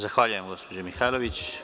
Zahvaljujem, gospođo Mihajlović.